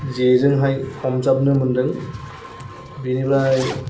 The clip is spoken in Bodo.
जेजोंहाय हमजाबनो मोन्दों बेनिफ्राय